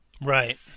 Right